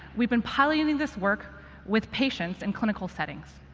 we've been piloting this work with patients in clinical settings.